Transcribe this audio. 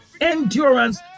Endurance